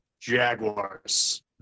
Jaguars